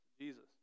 Jesus